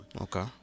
okay